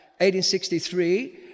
1863